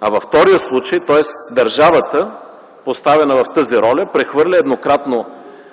а във втория случай, тоест държавата, оставена в тази роля, прехвърля еднократно